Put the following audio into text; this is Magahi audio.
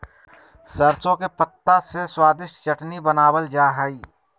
सरसों के पत्ता से स्वादिष्ट चटनी बनावल जा हइ